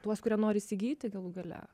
tuos kurie nori įsigyti galų gale